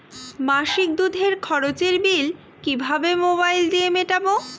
মাসিক দুধের খরচের বিল কিভাবে মোবাইল দিয়ে মেটাব?